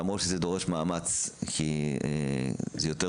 למרות שזה דורש מאמץ,